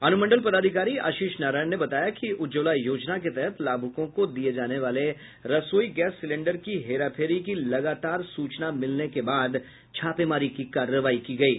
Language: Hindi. अनुमंडल पदाधिकारी आशीष नारायण ने बताया कि उज्ज्वला योजना के तहत लाभुकों को दिये जाने वाले रसोई गैस सिलेंडर की हेराफेरी की लगातार सूचना मिलने के बाद छापेमारी की कार्रवाई की गयी